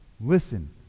Listen